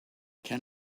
can